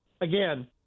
again